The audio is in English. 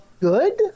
good